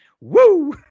Woo